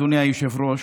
אדוני היושב-ראש,